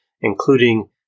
including